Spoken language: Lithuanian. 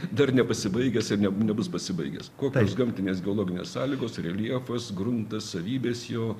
dar nepasibaigęs ir nebus pasibaigęs kokios gamtinės geologinės sąlygos reljefas gruntas savybės jo